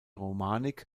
romanik